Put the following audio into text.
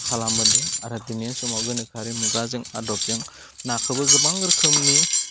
खालामबोदों आरो दिनैनि समाव गोनोखोआरि मुगाजों आदबजों नाखौबो गोबां रोखोमनि